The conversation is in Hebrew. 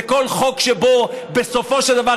לכל חוק שבו בסופו של דבר,